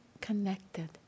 connected